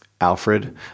Alfred